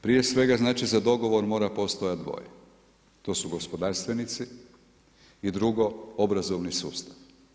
Prije svega znači za dogovor mora postojati dvoje, to su gospodarstvenici i drugo obrazovni sustav.